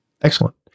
Excellent